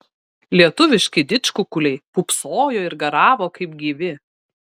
lietuviški didžkukuliai pūpsojo ir garavo kaip gyvi